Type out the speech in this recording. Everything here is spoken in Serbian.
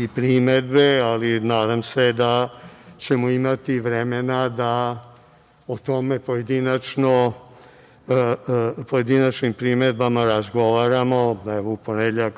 i primedbe, ali nadam se da ćemo imati vremena da o tim pojedinačnim primedbama razgovaramo, evo